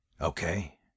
Okay